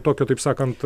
tokio taip sakant